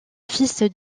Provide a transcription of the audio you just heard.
fils